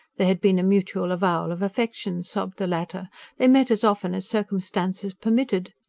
there had been a mutual avowal of affection, sobbed the latter they met as often as circumstances permitted.